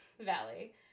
Valley